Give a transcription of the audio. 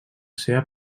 seva